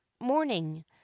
morning